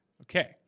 Okay